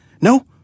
No